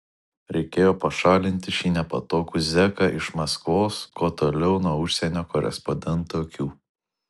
reikėjo pašalinti šį nepatogų zeką iš maskvos kuo toliau nuo užsienio korespondentų akių